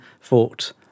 thought